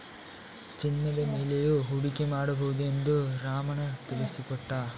ಚಿನ್ನದ ಮೇಲೆಯೂ ಹೂಡಿಕೆ ಮಾಡಬಹುದು ಎಂದು ರಾಮಣ್ಣ ತಿಳಿಸಿಕೊಟ್ಟ